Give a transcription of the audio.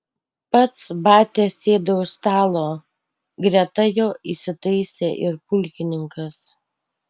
pats batia sėdo už stalo greta jo įsitaisė ir pulkininkas